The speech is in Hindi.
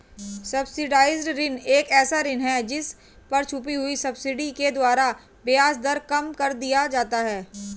सब्सिडाइज्ड ऋण एक ऐसा ऋण है जिस पर छुपी हुई सब्सिडी के द्वारा ब्याज दर कम कर दिया जाता है